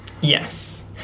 Yes